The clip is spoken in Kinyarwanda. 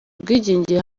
ubwigenge